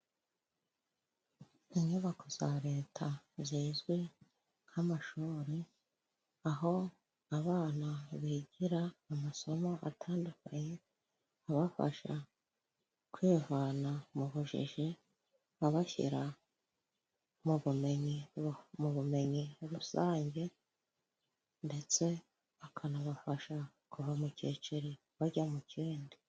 Inyubako za leta zizwi nk'amashuri, aho abana bigira amasomo atandukanye, abafasha kwivana mu bujiji abashyira mu bumenyi rusange, ndetse akanabafasha kuva mu kicIri bajya mu kindi.